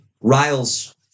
Riles